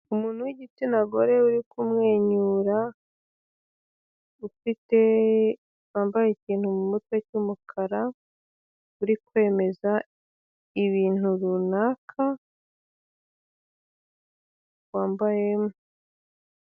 Umuntu w'igitsina gore uri kumwenyura ufite wambaye ikintu m'umutwe cy'umukara uri kwemeza ibintu runaka wambaye.